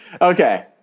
Okay